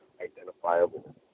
identifiable